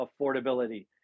affordability